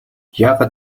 яагаад